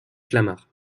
clamart